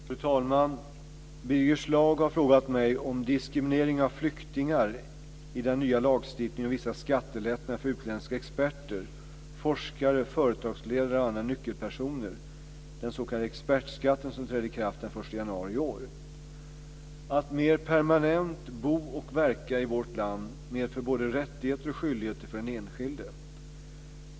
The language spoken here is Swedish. Fru talman! Birger Schlaug har frågat mig om diskrimineringen av flyktingar i den nya lagstiftningen om vissa skattelättnader för utländska experter, forskare, företagsledare och andra nyckelpersoner, den s.k. expertskatten, som trädde i kraft den 1 januari i år. Att mer permanent bo och verka i vårt land medför både rättigheter och skyldigheter för den enskilde.